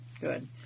Good